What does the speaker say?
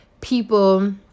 people